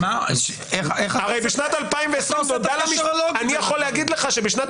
איך אתה עושה את ה --- אני יכול להגיד לך שבשנת